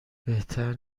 بهتر